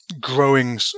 growing